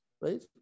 right